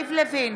יריב לוין,